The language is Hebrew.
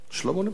שלמה נמצא.